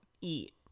eat